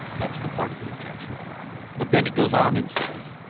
that's the part of the objection i like. but then it goes on and says,